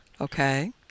Okay